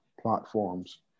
platforms